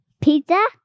Pizza